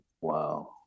Wow